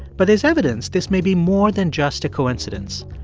but there's evidence this may be more than just a coincidence.